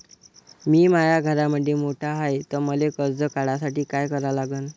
मी माया घरामंदी मोठा हाय त मले कर्ज काढासाठी काय करा लागन?